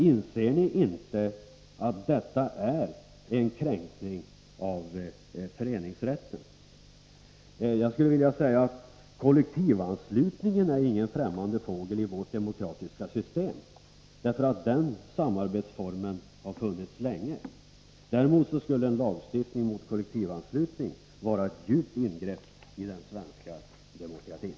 Inser ni inte att detta är en kränkning av föreningsrätten? Kollektivanslutningen är ingen främmande fågel i vårt demokratiska system. Den samarbetsformen har funnits länge. Däremot skulle en lagstiftning mot kollektivanslutning vara ett djupt ingrepp i den svenska demokratin.